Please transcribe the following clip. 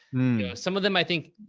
no, some of them, i think.